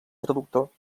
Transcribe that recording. traductor